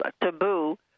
taboo